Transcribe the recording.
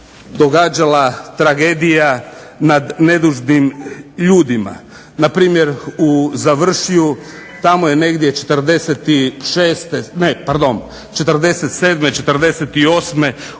događala tragedija nad nedužnim ljudima. Na primjer u Završju tamo je negdje 47., 48. ubijeno